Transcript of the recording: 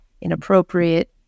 inappropriate